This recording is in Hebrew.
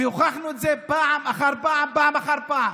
והוכחנו את זה פעם אחר פעם, פעם אחר פעם